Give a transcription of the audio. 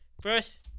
First